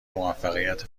موفقیت